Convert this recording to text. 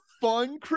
fun